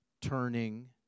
turning